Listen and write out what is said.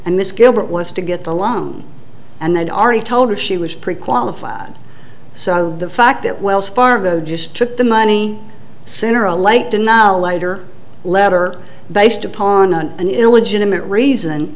and miss gilbert was to get the loan and they'd already told her she was pre qualified so the fact that wells fargo just took the money sooner alike to now later letter based upon an illegitimate reason